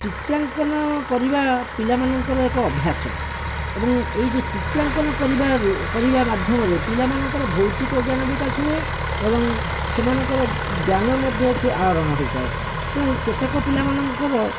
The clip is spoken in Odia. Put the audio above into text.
ଚିତ୍ରାଙ୍କନ କରିବା ପିଲାମାନଙ୍କର ଏକ ଅଭ୍ୟାସ ଏବଂ ଏହି ଯେଉଁ ଚିତ୍ରାଙ୍କନ କରିବାରୁ କରିବା ମାଧ୍ୟମରେ ପିଲାମାନଙ୍କର ଭୌତିକ ଜ୍ଞାନ ବିକାଶ ହୁଏ ଏବଂ ସେମାନଙ୍କର ଜ୍ଞାନ ମଧ୍ୟ ଏଥିରୁ ଆହୋରଣ ହୋଇଥାଏ ତେଣୁ କେତେକ ପିଲାମାନଙ୍କର